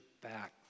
back